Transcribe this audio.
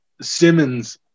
Simmons